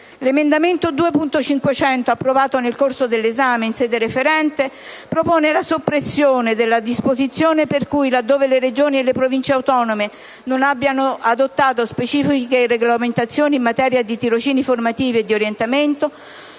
L'emendamento 2.500, approvato nel corso dell'esame in sede referente, propone la soppressione della disposizione per cui, laddove le Regioni e le Province autonome non abbiano adottato specifiche regolamentazioni in materia di tirocini formativi e di orientamento,